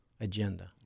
agenda